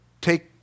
take